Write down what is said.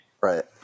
Right